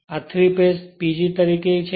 અને તેના ૩ phase PG તરીકે છે